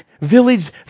Village